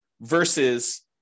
versus